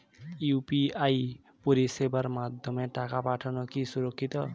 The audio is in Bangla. ইউ.পি.আই পরিষেবার মাধ্যমে টাকা পাঠানো কি সুরক্ষিত?